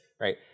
right